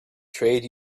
trade